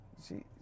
See